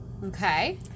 Okay